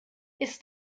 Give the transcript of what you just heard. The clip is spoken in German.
ist